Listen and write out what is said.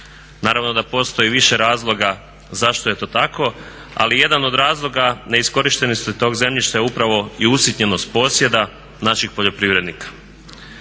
Naravno da postoji više razloga zašto je to tako, ali jedan od razloga neiskorištenosti tog zemljišta je upravo usitnjenost posjeda naših poljoprivrednika.